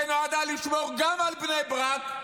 שנועדה לשמור גם על בני ברק,